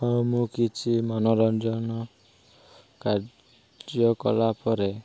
ହଁ ମୁଁ କିଛି ମନୋରଞ୍ଜନ କାର୍ଯ୍ୟ କଲା ପରେ